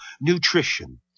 nutrition